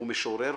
הוא משורר,